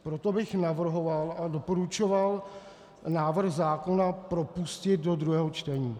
Proto bych navrhoval a doporučoval návrh zákona propustit do druhého čtení.